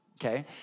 okay